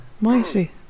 mighty